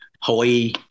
Hawaii